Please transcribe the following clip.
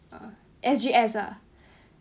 uh S_G_S lah